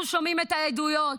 אנחנו שומעים את העדויות,